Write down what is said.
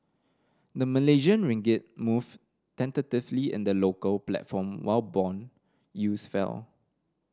the Malaysian ringgit moved tentatively in the local platform while bond yields fell